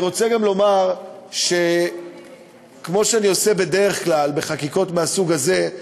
אני גם רוצה לומר שכפי שאני עושה בדרך כלל בחקיקות מהסוג הזה,